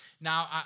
Now